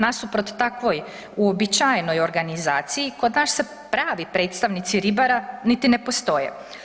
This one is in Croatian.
Nasuprot takvoj uobičajenoj organizaciji kod nas se pravi predstavnici ribara niti ne postoje.